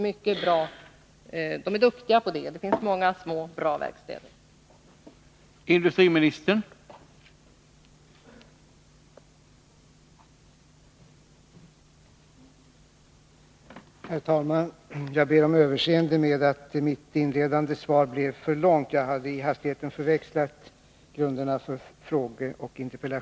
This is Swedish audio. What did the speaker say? Man är duktig på det — det finns många små bra verkstäder där.